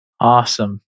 Awesome